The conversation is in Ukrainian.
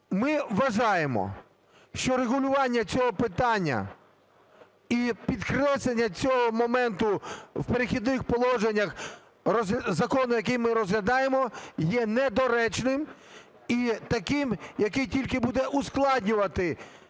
Ми вважаємо, що регулювання цього питання і підкреслення цього моменту в "Перехідних положеннях" закону, який ми розглядаємо, є недоречним і таким, який тільки буде ускладнювати